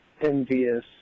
envious